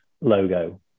logo